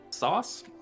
sauce